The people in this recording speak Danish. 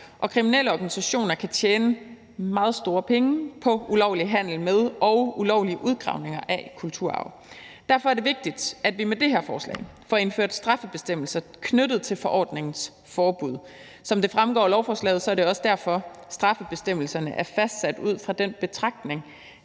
Og kriminelle organisationer kan tjene meget store penge på ulovlig handel med og ulovlige udgravninger af kulturarv. Derfor er det vigtigt, at vi med det her forslag får indført straffebestemmelser knyttet til forordningens forbud. Som det fremgår af lovforslaget, er det også derfor, at straffebestemmelserne er fastsat ud fra den betragtning,